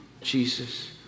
Jesus